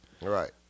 right